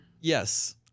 Yes